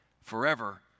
forever